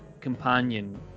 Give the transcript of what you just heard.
companion